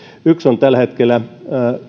yksi on tällä hetkellä